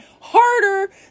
harder